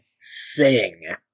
Sing